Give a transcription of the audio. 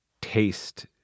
taste